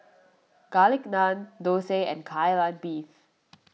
Garlic Naan Thosai and Kai Lan Beef